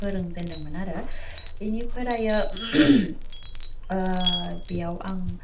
फोरोंजेन्दोंमोन आरो बेनिफ्रायो बेयाव आं